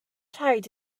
rhaid